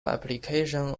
application